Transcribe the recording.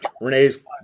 Renee's